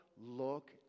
Look